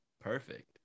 perfect